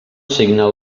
signa